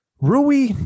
Rui